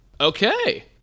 Okay